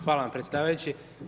Hvala vam predsjedavajući.